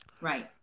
Right